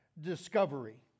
discovery